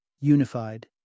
unified